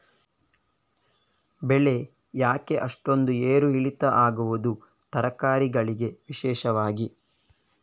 ಬೆಳೆ ಯಾಕೆ ಅಷ್ಟೊಂದು ಏರು ಇಳಿತ ಆಗುವುದು, ತರಕಾರಿ ಗಳಿಗೆ ವಿಶೇಷವಾಗಿ?